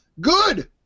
good